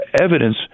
evidence